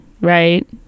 right